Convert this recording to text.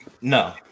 No